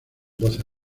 doce